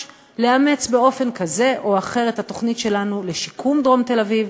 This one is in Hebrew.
לאמץ באופן כזה או אחר את התוכנית שלנו לשיקום דרום תל-אביב,